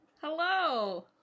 Hello